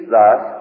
thus